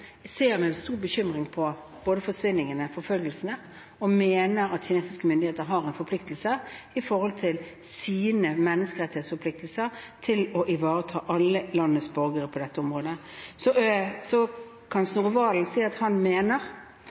ser med stor bekymring på forsvinningene og forfølgelsene, og vi mener at kinesiske myndigheter har forpliktelser etter menneskerettighetene til å ivareta alle landets borgere på dette området. Så kan Snorre Serigstad Valen si at han mener